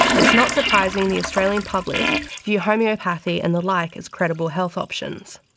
it's not surprising the australian public view homeopathy and the like as credible health options.